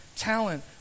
talent